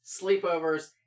sleepovers